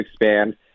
expand